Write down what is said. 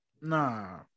nah